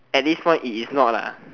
at this point it is not lah